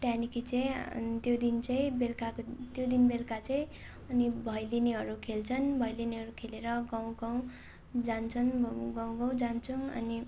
त्यहाँदेखि चाहिँ त्यो दिन चाहिँ बेलुकाको त्यो दिन बेलुका चाहिँ अनि भैलेनीहरू खेल्छन् भैलेनीहरू खेलेर गाउँ गाउँ जान्छन् गाउँ गाउँ जान्छौँ अनि